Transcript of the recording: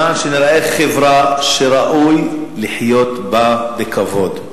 למען נראה חברה שראוי לחיות בה בכבוד.